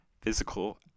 physical